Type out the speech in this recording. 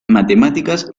matemáticas